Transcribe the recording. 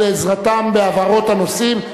על עזרתם בהבהרות הנושאים.